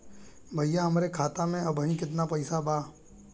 भईया हमरे खाता में अबहीं केतना पैसा बा?